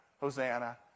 Hosanna